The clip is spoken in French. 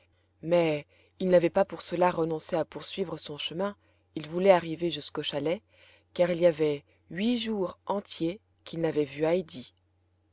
mais il n'avait pas pour cela renoncé à poursuivre son chemin il voulait arriver jusqu'au chalet car il y avait huit jours entiers qu'il n'avait vu heidi